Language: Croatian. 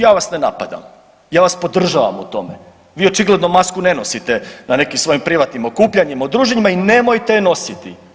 Ja vas ne napadam, ja vas podržavam u tome, vi očigledno masku ne nosite na nekim svojim privatnim okupljanjima i druženjima i nemojte ju nositi.